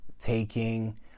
taking